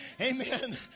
Amen